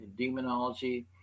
demonology